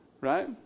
Right